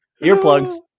Earplugs